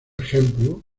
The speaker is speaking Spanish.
ejemplo